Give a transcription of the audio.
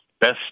best